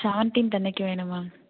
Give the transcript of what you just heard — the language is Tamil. செவன்ட்டீன்த் அன்னைக்கு வேணும் மேம்